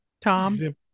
tom